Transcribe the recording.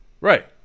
Right